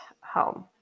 home